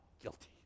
guilty